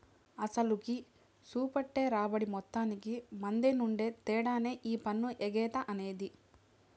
అసలుకి, సూపెట్టే రాబడి మొత్తానికి మద్దెనుండే తేడానే ఈ పన్ను ఎగేత అనేది